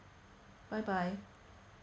bye bye